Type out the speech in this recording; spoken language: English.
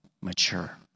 mature